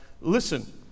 Listen